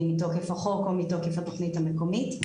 אם מתוקף החוק או מתוקף התכנית המקומית.